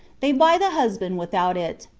they buy the husband without it.